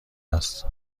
است